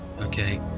okay